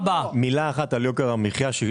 מילה אחת על יוקר המחייה.